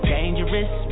Dangerous